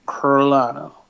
Carolina